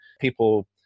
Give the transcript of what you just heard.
people